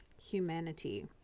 Humanity